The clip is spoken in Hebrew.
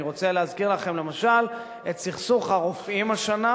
אני רוצה להזכיר לכם למשל את סכסוך הרופאים השנה,